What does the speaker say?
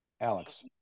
Alex